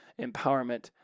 empowerment